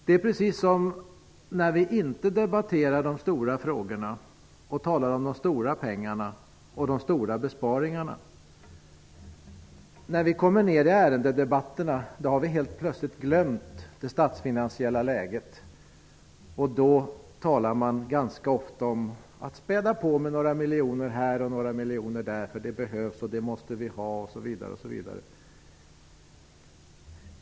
Vi debatterar inte de stora frågorna, de stora pengarna och de stora besparingarna. När vi håller på med en ärendedebatt har vi plötsligt glömt det statsfinansiella läget. Det talas då ganska ofta om att man skall spä på med några miljoner här och där eftersom det behövs.